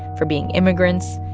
for being immigrants,